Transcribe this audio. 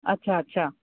अच्छा अच्छा